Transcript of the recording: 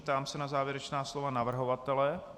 Ptám se na závěrečná slova navrhovatele.